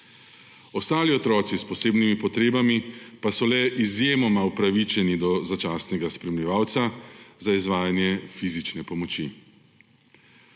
Ostali otroci s posebnimi potrebami pa so le izjemoma upravičeni do začasnega spremljevalca za izvajanje fizične pomoči.